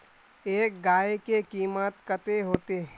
एक गाय के कीमत कते होते?